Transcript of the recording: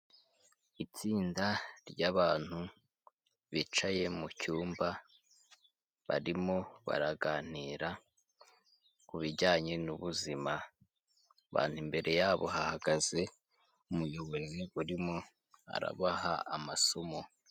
Itsinda ry'abantu bicaye mu cyumba barimo baraganira ku bijyanye n'ubuzima, abantu imbere yabo hahagaze umuyobozi urimo arabaha amasomo.